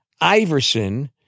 Iverson